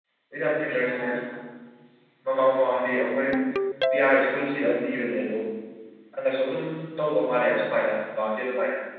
exam ꯁꯦꯟꯇꯔꯁꯦ ꯃꯃꯥꯡ ꯃꯃꯥꯡꯗꯤ ꯑꯩꯈꯣꯏ ꯄꯤ ꯑꯥꯔ ꯁ꯭ꯀꯨꯜ ꯁꯤꯗꯪ ꯄꯤꯕꯅꯦ ꯑꯗꯨ ꯍꯟꯗꯛꯁꯨ ꯑꯗꯨꯝ ꯇꯧꯗꯧ ꯃꯥꯟꯂꯦ ꯑꯁꯨꯃꯥꯏꯅ ꯃꯃꯥꯡꯒꯤ ꯑꯗꯨꯃꯥꯏꯅ